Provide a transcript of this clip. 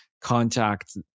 contact